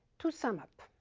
to sum up,